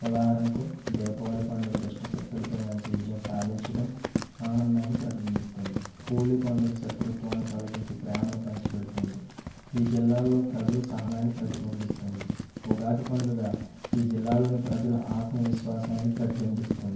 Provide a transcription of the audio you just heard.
ఉదాహరణకు దీపావళి పండుగ దుష్టశక్తులపై మంచి విజయం సాధించడం ఆనందాన్ని ప్రతిబింబిస్తుంది హోలీ పండుగ శత్రుత్వాన్ని తొలగించి ప్రేమను పంచి పెడుతుంది ఈ జిల్లాలలో ప్రజలు సహనాన్ని ప్రతిబింబిస్తుంది ఉగాది పండుగ ఈ జిల్లాలోని ప్రజల ఆత్మవిశ్వాసాన్ని ప్రతిబింబిస్తుంది